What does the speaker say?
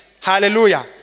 Hallelujah